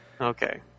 Okay